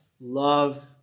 love